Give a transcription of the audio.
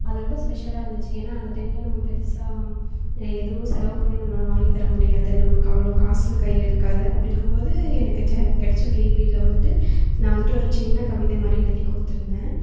அது ரொம்ப ஸ்பெஷலாக இருந்துச்சு ஏன்னா அந்த டைமில் நம்ம பெருசாக எதுவும் செலவு பண்ணி நம்மளால் வாங்கி தர முடியாது நமக்கு அவ்வளோ காசு கையில் இருக்காது அப்படி இருக்கும்போது எனக்கு டெ கிடச்ச ஃப்ரீ பீரியடில் வந்துவிட்டு நான் வந்துவிட்டு ஒரு சின்ன கவிதை மாதிரி எழுதி கொடுத்துருந்தேன்